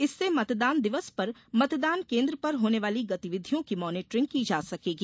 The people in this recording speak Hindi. इससे मतदान दिवस पर मतदान केन्द्र पर होने वाली गतिविधियों की मॉनिटरिंग की जा सकेगी